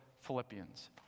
Philippians